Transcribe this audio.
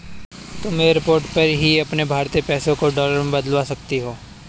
तुम एयरपोर्ट पर ही अपने भारतीय पैसे डॉलर में बदलवा सकती हो